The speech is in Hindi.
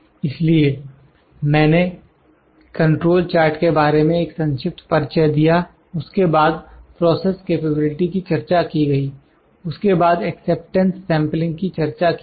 इसलिए मैंने कंट्रोल चार्ट के बारे में एक संक्षिप्त परिचय दिया उसके बाद प्रोसेस कैपेबिलिटी की चर्चा की गई उसके बाद एक्सेप्टेंस सेंपलिंग की चर्चा की गई